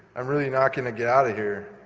i'm really not going to get out of here.